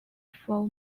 for